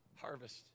harvest